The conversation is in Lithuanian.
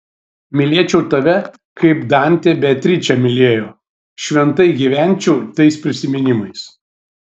mylėčiau tave kaip dantė beatričę mylėjo šventai gyvenčiau tais prisiminimais